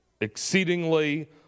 exceedingly